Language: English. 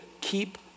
keep